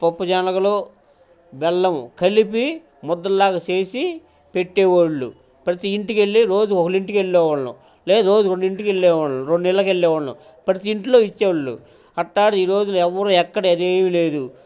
పప్పు శనగలు బెల్లము కలిపి ముద్దల్లాగా చేసి పెట్టే వాళ్ళు ప్రతి ఇంటికెళ్ళి రోజు ఒకళ్ళ ఇంటిక వెళ్లే వాళ్ళం లేదా రోజు రెండింటికిెళ్లేవాళ్ళం రెండు ఇళ్ళకు వెళ్ళే వాళ్ళం ప్రతి ఇంట్లో ఇచ్చేవాళ్ళు అట్టాంటిది ఈ రోజున ఎవరూ ఎక్కడ అది ఏమీ లేదు